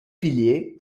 piliers